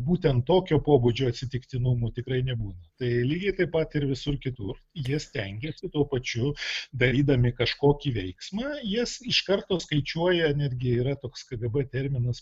būtent tokio pobūdžio atsitiktinumų tikrai nebūna tai lygiai taip pat ir visur kitur jie stengiasi tuo pačiu darydami kažkokį veiksmą jas iš karto skaičiuoja netgi yra toks kgb terminas